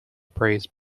praised